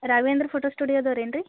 Raghavendra photo ಸ್ಟುಡಿಯೋದವ್ರು ಏನು ರೀ